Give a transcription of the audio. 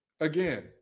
Again